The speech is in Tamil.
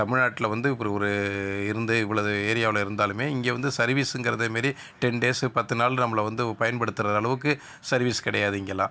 தமிழ்நாட்டில வந்து ஒரு ஒரு இருந்து இவ்வளவு ஏரியாவில் இருந்தாலுமே இங்கே வந்து சர்வீஸுங்கிறது மாரி டென் டேஸ் பத்து நாள் நம்மளை வந்து பயன்படுத்துற அளவுக்கு சர்வீஸ் கிடையாது இங்கெல்லாம்